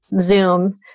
Zoom